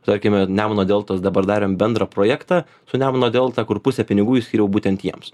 tarkime nemuno deltos dabar darėm bendrą projektą su nemuno delta kur pusę pinigų išskyriau būtent jiems